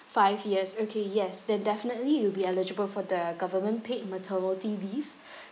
five years okay yes then definitely you'll be eligible for the government paid maternity leave